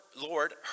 Lord